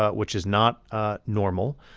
ah which is not ah normal.